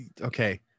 okay